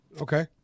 Okay